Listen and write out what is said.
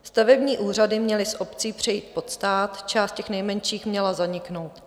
Stavební úřady měly z obcí přejít pod stát, část těch nejmenších měla zaniknout.